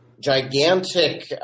gigantic